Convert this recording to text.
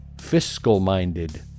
fiscal-minded